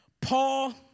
Paul